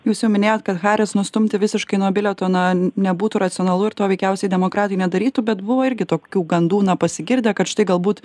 jūs jau minėjot kad haris nustumti visiškai nuo bilieto na nebūtų racionalu ir to veikiausiai demokratai nedarytų bet buvo irgi tokių gandų na pasigirdę kad štai galbūt